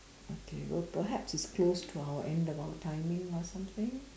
okay well perhaps it's close to our end of our timing lah something